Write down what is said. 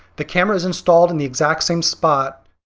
the camera is installed in the exact same spot.